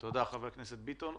תודה, חבר הכנסת ביטון.